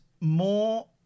more